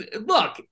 look